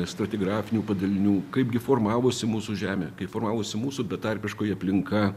stratigrafinių padalinių kaipgi formavosi mūsų žemė kaip formavosi mūsų betarpiškoji aplinka